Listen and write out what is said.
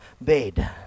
bed